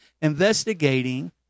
investigating